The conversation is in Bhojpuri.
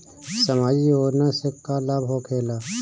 समाजिक योजना से का लाभ होखेला?